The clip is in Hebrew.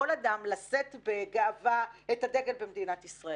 כל אדם לשאת בגאווה את הדגל במדינת ישראל.